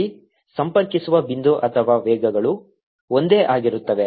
ಅಲ್ಲಿ ಸಂಪರ್ಕಿಸುವ ಬಿಂದು ಅಥವಾ ವೇಗಗಳು ಒಂದೇ ಆಗಿರುತ್ತವೆ